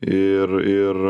ir ir